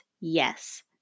Yes